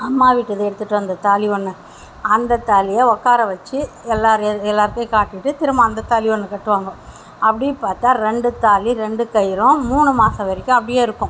அம்மா வீட்டுது எடுத்துகிட்டு வந்த தாலி ஒன்று அந்தத்தாலியை உக்கார வச்சு எல்லோருக்கும் காட்டிவிட்டு திரும்ப அந்தத்தாலி ஒன்று கட்டுவாங்க அப்படி பார்த்தா ரெண்டு தாலி ரெண்டு கயிறும் மூணு மாசம் வரைக்கும் அப்டேயிருக்கும்